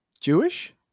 Jewish